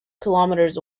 kilometres